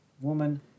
woman